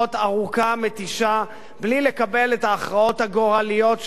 לממשלה אין